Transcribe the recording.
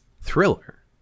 thriller